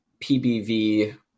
pbv